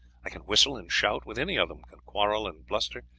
i can whistle and shout with any of them, can quarrel, and bluster,